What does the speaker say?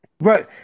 right